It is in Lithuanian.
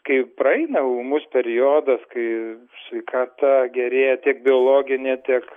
kai praeina ūmus periodas kai sveikata gerėja tiek biologinė tiek